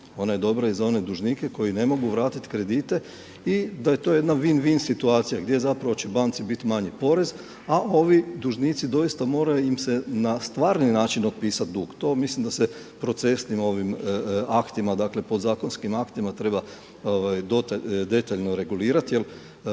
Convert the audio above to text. ona je dobra i za one dužnike koji ne mogu vratit kredite. I da je to jedna vin vin situacija gdje zapravo će banci biti manji porez, a ovi dužnici doista mora im se na stvarni način otpisat dug. To mislim da se procesnim ovim aktima, dakle podzakonskim aktima treba detaljno regulirati jer